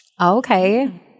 Okay